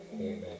Amen